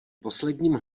posledním